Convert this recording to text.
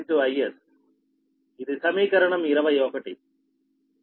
ఇది సమీకరణం 21